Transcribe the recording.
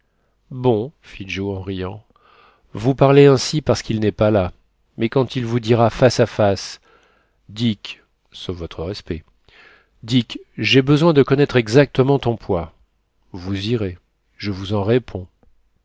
joe en riant vous parlez ainsi parce qu'il n'est pas là mais quand il vous dira face à face dick sauf votre respect dick j'ai besoin de connaître exactement ton poids vous irez je vous en réponds